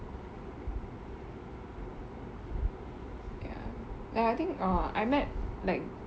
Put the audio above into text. ya ya I think err I met like